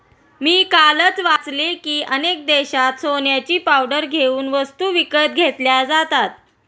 मी कालच वाचले की, अनेक देशांत सोन्याची पावडर देऊन वस्तू विकत घेतल्या जातात